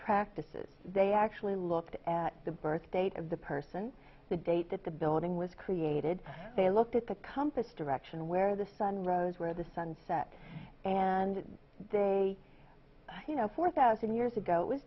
practices they actually looked at the birth date of the person the date that the building was created they looked at the compass direction where the sun rose where the sun set and they you know four thousand years ago it was